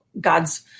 God's